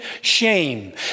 shame